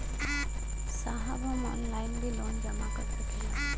साहब हम ऑनलाइन भी लोन जमा कर सकीला?